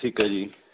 ਠੀਕ ਹੈ ਜੀ